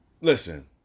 Listen